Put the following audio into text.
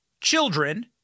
children